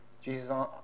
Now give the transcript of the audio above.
Jesus